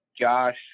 Josh